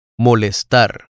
Molestar